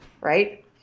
right